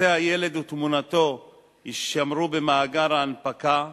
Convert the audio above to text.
פרטי הילד ותמונתו יישמרו במאגר ההנפקה,